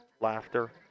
laughter